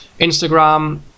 Instagram